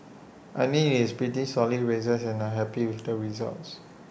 I mean it's pretty solid races and I'm happy with the results